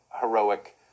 heroic